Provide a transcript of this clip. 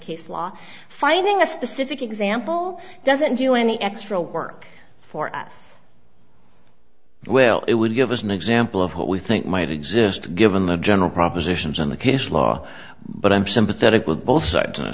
case law finding a specific example doesn't do any extra work for us well it would give us an example of what we think might exist given the general propositions in the case law but i'm sympathetic with both sides